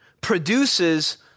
produces